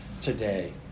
today